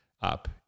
up